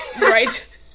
right